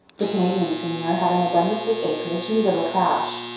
the canadian seigneur had an abundance of acreage and little cash.